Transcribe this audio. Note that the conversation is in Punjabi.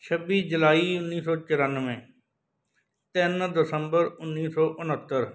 ਛੱਬੀ ਜੁਲਾਈ ਉੱਨੀ ਸੌੌ ਚੁਰਾਨਵੇਂ ਤਿੰਨ ਦਸੰਬਰ ਉੱਨੀ ਸੌ ਉਣਹੱਤਰ